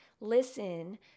listen